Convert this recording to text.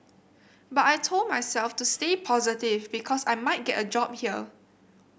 but I told myself to stay positive because I might get a job here